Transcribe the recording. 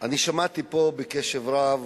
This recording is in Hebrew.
אני שמעתי פה בקשב רב